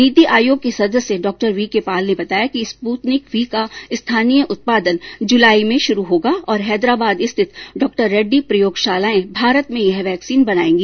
नीति आयोग के सदस्य डॉ वीके पॉल ने बताया कि स्पृत्निक वी का स्थानीय उत्पादन जुलाई में शुरू होगा और हैदराबाद स्थित डॉ रेड्डी प्रयोगशालाएं भारत में यह वैक्सीन बनायेगी